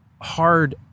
hard